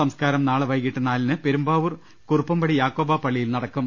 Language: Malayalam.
സംസ്കാരം നാളെ വൈകിട്ട് നാലിന്റ് പെരുമ്പാവൂർ കുറു പ്പംപടി യാക്കോബായ പള്ളിയിൽ നടക്കും